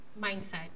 mindset